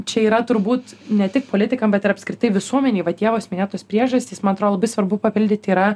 čia yra turbūt ne tik politikam bet ir apskritai visuomenei va ievos minėtos priežastys man atrodo labai svarbu papildyti yra